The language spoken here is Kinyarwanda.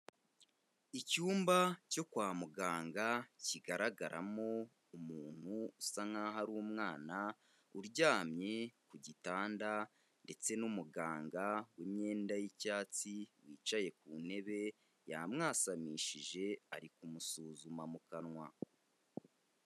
Icyumba cyo kwa muganga kigaragaramo umuntu usa nk'aho ari umwana, uryamye ku gitanda ndetse n'umuganga w'imyenda y'icyatsi, wicaye ku ntebe, yamwasanishije ari kumusuzuma mu kanwa.